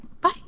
bye